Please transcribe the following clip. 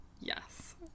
yes